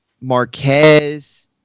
Marquez